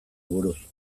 buruz